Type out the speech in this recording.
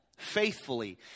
faithfully